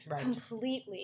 completely